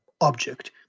object